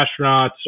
astronauts